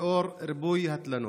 לאור ריבוי התלונות?